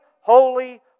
holy